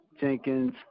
Jenkins